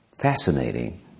Fascinating